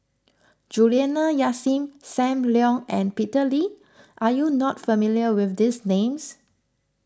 Juliana Yasin Sam Leong and Peter Lee are you not familiar with these names